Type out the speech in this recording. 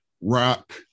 rock